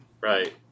Right